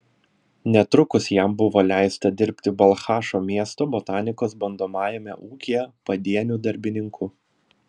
netrukus jam buvo leista dirbti balchašo miesto botanikos bandomajame ūkyje padieniu darbininku